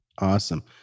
Awesome